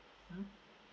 mm